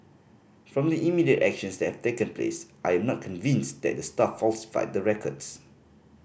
from the immediate actions that have taken place I am not convinced that the staff falsified the records